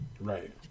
Right